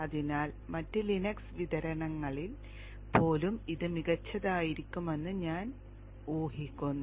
അതിനാൽ മറ്റ് ലിനക്സ് വിതരണങ്ങളിൽ പോലും ഇത് മികച്ചതായിരിക്കുമെന്ന് ഞാൻ ഊഹിക്കുന്നു